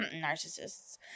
narcissists